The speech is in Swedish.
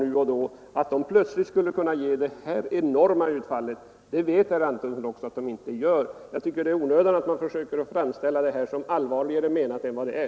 Herr Antonsson vet att det inte är möjligt att de kampanjerna plötsligt skulle kunna ge det här enorma utfallet. Då är det onödigt att försöka framställa detta som allvarligare menat än det är.